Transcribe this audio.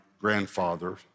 grandfather